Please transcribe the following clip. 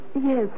Yes